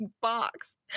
box